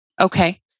Okay